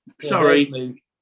Sorry